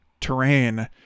terrain